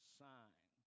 sign